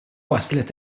waslet